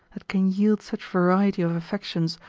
that can yield such variety of affections,